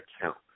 account